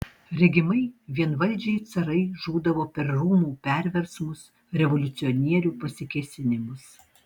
regimai vienvaldžiai carai žūdavo per rūmų perversmus revoliucionierių pasikėsinimus